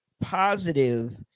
positive